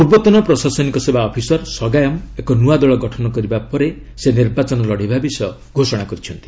ପୂର୍ବତନ ପ୍ରଶାସନିକ ସେବା ଅଫିସର ସଗାୟମ୍ ଏକ ନୂଆ ଦଳ ଗଠନ କରିବା ପରେ ସେ ନିର୍ବାଚନ ଲଢ଼ିବା ବିଷୟ ଘୋଷଣା କରିଛନ୍ତି